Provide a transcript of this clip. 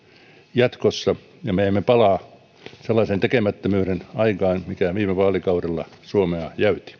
jatkossa me emme palaa sellaiseen tekemättömyyden aikaan mikä viime vaalikaudella suomea jäyti